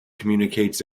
communicates